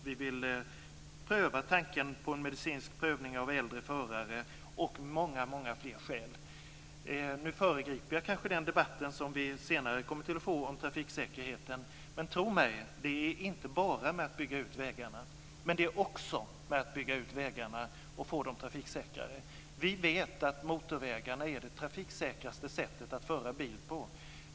Vi vill pröva tanken på en medicinsk prövning av äldre förare, och många fler skäl. Nu föregriper jag kanske den debatt som vi kommer att få senare om trafiksäkerheten. Men tro mig, det är inte bara med att bygga ut vägarna utan också med att bygga ut vägarna som vi får dem trafiksäkrare. Vi vet att motorvägarna innebär det trafiksäkraste sättet att föra bil på.